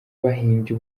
bahimbye